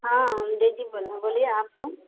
हाँ हम डेजी बोल रहे हैं बोलिए आप कौन